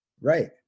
right